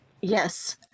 yes